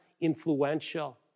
influential